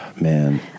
Man